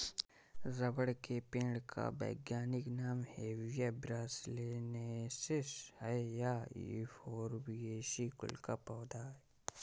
rubber के पेड़ का वैज्ञानिक नाम हेविया ब्रासिलिनेसिस है ये युफोर्बिएसी कुल का पौधा है